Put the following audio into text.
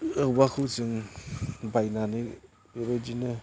औवाखौ जों बायनानै बेबायदिनो